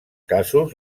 casos